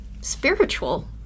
spiritual